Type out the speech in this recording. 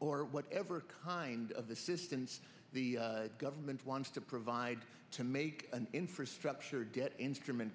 or whatever kind of assistance the government wants to provide to make an infrastructure debt instrument